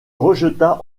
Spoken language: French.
rejeta